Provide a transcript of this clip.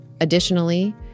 Additionally